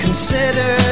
Consider